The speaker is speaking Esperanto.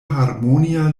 harmonia